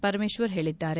ಪರಮೇಶ್ವರ್ ಹೇಳಿದ್ದಾರೆ